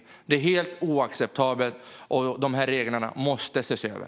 Detta är helt oacceptabelt. Reglerna måste ses över.